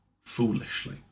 foolishly